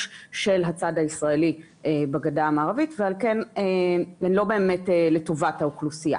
של הצד הישראלי בגדה המערבית ועל כן הן לא באמת לטובת האוכלוסייה.